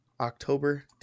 October